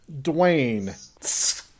Dwayne